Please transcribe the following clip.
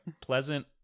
pleasant